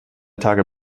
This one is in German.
tage